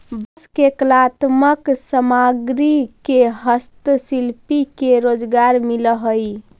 बांस के कलात्मक सामग्रि से हस्तशिल्पि के रोजगार मिलऽ हई